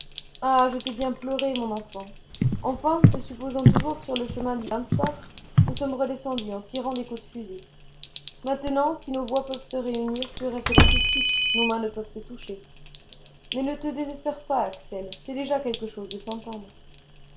ah je t'ai bien pleuré mon enfant enfin te supposant toujours sur le chemin du hans bach nous sommes redescendus en tirant des coups de fusil maintenant si nos voix peuvent se réunir pur effet d'acoustique nos mains ne peuvent se toucher mais ne te désespère pas axel c'est déjà quelque chose de s'entendre